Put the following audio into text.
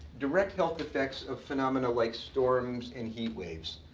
direct health effects of phenomena like storms and heat waves.